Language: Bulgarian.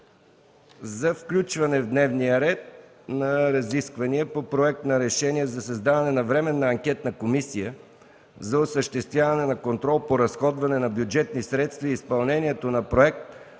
за включване в дневния ред на Разисквания по Проект на решение за създаване на Временна анкетна комисия за осъществяване на контрол по разходване на бюджетни средства и изпълнението на проект